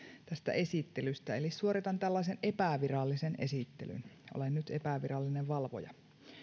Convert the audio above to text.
tästä esittelystä eli suoritan tällaisen epävirallisen esittelyn olen nyt epävirallinen valvoja